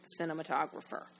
cinematographer